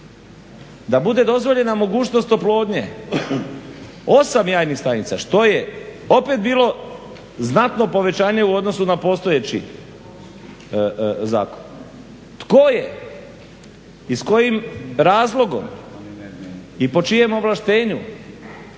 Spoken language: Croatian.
da bude dozvoljena mogućnost oplodnje 8 jajnih stanica što je opet bilo znatno povećanje u odnosu na postojeći zakon, tko je i s kojim razlogom i po čijem ovlaštenju